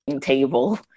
table